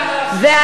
אני מציע לך,